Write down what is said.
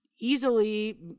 easily